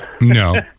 No